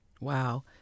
Wow